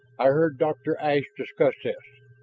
i heard dr. ashe discuss this.